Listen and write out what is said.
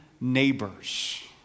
neighbors